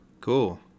cool